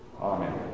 amen